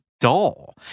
dull